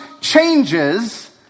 changes